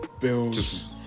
bills